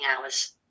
hours